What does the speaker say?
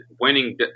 winning